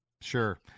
Sure